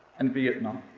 and vietnam.